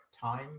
time